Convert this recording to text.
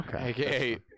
Okay